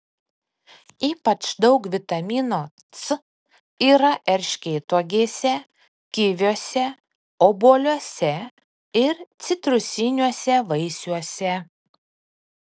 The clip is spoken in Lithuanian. ypač daug vitamino c yra erškėtuogėse kiviuose obuoliuose ir citrusiniuose vaisiuose